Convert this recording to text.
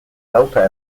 gauza